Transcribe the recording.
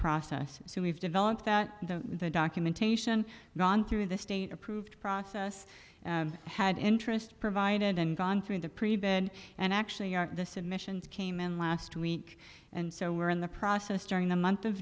process so we've developed that the documentation gone through the state approved process had interest provided and gone through the and actually the submissions came in last week and so we're in the process during the month of